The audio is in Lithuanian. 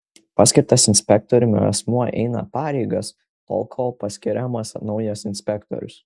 paskirtas inspektoriumi asmuo eina pareigas tol kol paskiriamas naujas inspektorius